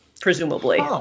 presumably